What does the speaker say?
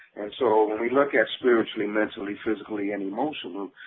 so when we look at spiritually, mentally, physically, and emotionally,